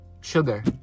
sugar